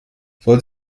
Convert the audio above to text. soll